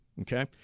Okay